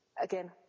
Again